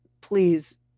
please